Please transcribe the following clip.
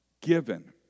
given